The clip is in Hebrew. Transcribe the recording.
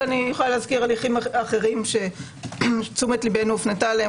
אני יכולה להזכיר הליכים אחרים שתשומת ליבנו הופנתה אליהם